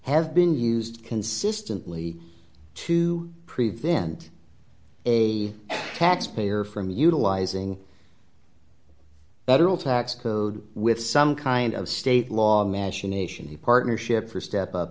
have been used consistently to prevent a taxpayer from utilizing but it will tax code with some kind of state law machination the partnership for step up